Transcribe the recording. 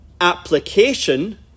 application